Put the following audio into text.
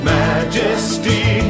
majesty